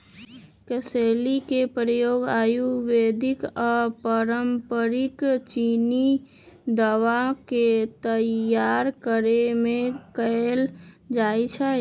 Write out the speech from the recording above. कसेली के प्रयोग आयुर्वेदिक आऽ पारंपरिक चीनी दवा के तइयार करेमे कएल जाइ छइ